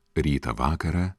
rytą vakarą